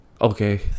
Okay